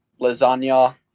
Lasagna